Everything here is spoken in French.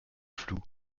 floue